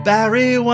Barry